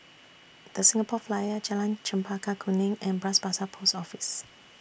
The Singapore Flyer Jalan Chempaka Kuning and Bras Basah Post Office